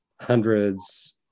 hundreds